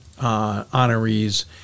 honorees